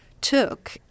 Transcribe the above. took